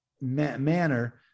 manner